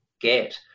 get